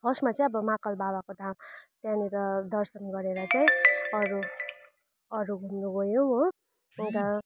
फर्स्टमा चाहिँ अब महाकाल बाबाको धाम त्यहाँनिर दर्शन गरेर चाहिँ अरू अरू घुम्नु गयौँ हो अन्त